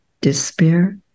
despair